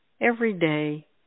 everyday